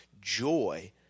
joy